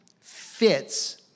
fits